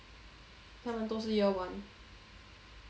他们都是 year one